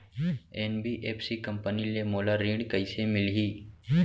NBFC company ले मोला ऋण कइसे मिलही?